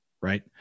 right